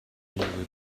immediately